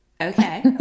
Okay